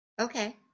okay